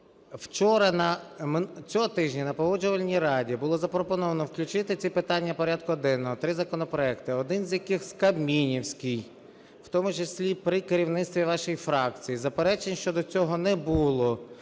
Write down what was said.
Цього тижня на Погоджувальній раді було запропоновано включити ці питання порядку денного, три законопроекти, один з яких кабмінівський, в тому числі і при керівництві вашої фракції, заперечень щодо цього не було.